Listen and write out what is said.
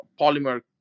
polymer